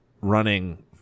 running